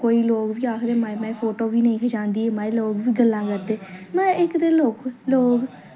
कोई लोग बी आखदे माए माए फोटो बी नी खचांदी ऐ माए लोग बी गल्लां करदे माए इक ते लोग